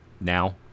now